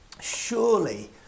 surely